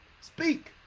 speak